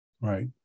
Right